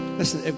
listen